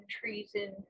treason